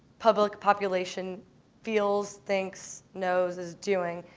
public population feels, thinks, knows is doing.